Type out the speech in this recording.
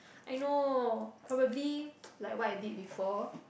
I know probably like what I did before